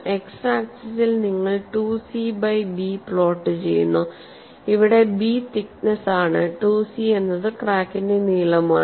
X ആക്സിസിൽ നിങ്ങൾ 2c by B plot ചെയ്യുന്നു ഇവിടെ B തിക്നെസ്സ് ആണ് 2c എന്നത് ക്രാക്കിന്റെ നീളം ആണ്